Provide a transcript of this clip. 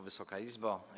Wysoka Izbo!